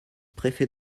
préfet